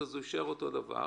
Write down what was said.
אז הוא יישאר באותו מצב.